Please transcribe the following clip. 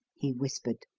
he whispered.